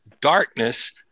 darkness